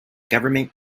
government